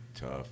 tough